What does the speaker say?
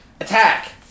Attack